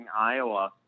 Iowa